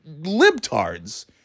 libtards